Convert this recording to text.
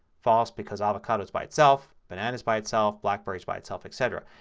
false because avocado is by itself. banana is by itself. blackberry is by itself. etc.